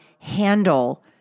handle